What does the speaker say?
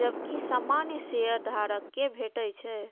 जबकि सामान्य शेयधारक कें भेटै छै